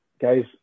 guys